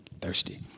Thirsty